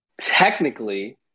technically –